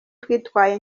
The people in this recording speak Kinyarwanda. twitwaye